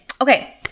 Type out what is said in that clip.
Okay